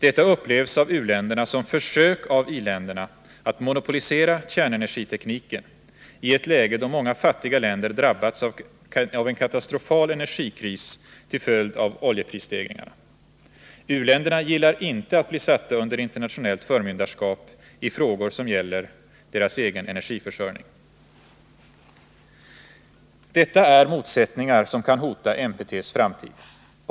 Detta upplevs av u-länderna som försök av i-länderna att monopolisera kärnenergitekniken i ett läge då många fattiga länder har drabbats av en katastrofal energikris till följd av oljeprisstegringarna. U-länderna gillar inte att bli satta under internationellt förmynderskap i frågor som gäller deras egen energiförsörjning. Detta är motsättningar som kan hota NPT:s framtid.